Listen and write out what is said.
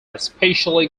especially